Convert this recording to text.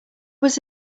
was